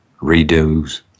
redos